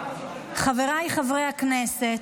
הכנסת,